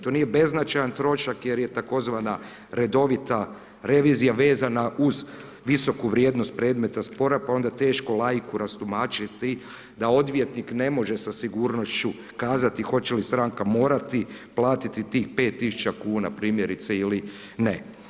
To nije beznačajan trošak jer je tzv. redovita revizija vezana uz visoku vrijednost predmeta spora, pa onda teško laiku rastumačiti, da odvjetnik ne može sa sigurnošću kazati hoće li stranka morati platiti tih 5000 kn, primjerice ili ne.